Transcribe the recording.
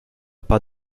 pas